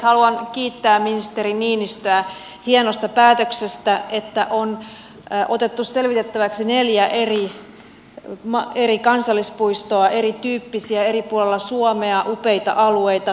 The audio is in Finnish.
haluan kiittää ministeri niinistöä hienosta päätöksestä että on otettu selvitettäväksi neljä eri kansallispuistoa erityyppisiä eri puolilla suomea upeita alueita